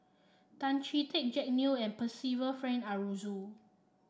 Tan Chee Teck Jack Neo and Percival Frank Aroozoo